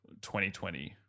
2020